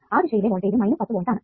ആ ദിശയിലെ voltage 10 volt ആണ്